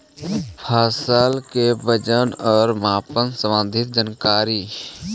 फसल के वजन और मापन संबंधी जनकारी?